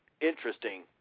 interesting